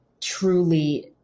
truly